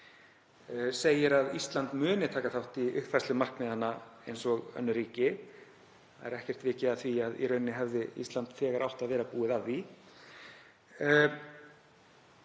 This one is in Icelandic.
segir að Ísland muni taka þátt í uppfærslu markmiðanna eins og önnur ríki. Það er ekkert vikið að því að í rauninni hefði Ísland þegar átt að vera búið að því.